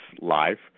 life